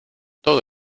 todo